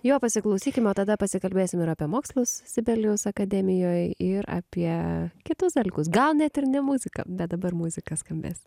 jo pasiklausykime o tada pasikalbėsim ir apie mokslus sibelijaus akademijoj ir apie kitus dalykus gal net ir ne muziką bet dabar muzika skambės